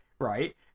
right